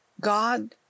God